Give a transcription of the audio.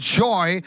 joy